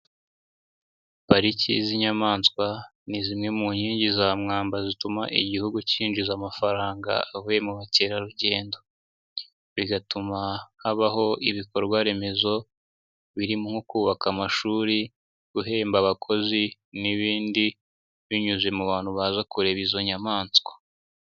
Pariki z'inyamaswa ni zimwe mu nkingi za mwamba zituma igihugu kinjiza amafaranga avuye mu bukerarugendo. Bigatuma habaho ibikorwaremezo birimo kubaka amashuri, guhemba abakozi n'ibindi binyuze mu bantu baza kureba izo nyamaswa.